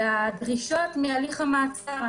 והדרישות מהליך המעצר.